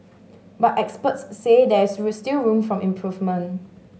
but experts say there is still room for improvement